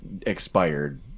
expired